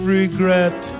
regret